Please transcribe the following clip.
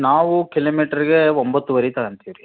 ನಾವು ಕಿಲೋಮೀಟ್ರಿಗೆ ಒಂಬತ್ತೂವರೆ ತಗಂತೀವಿ ರೀ